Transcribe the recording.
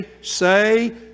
say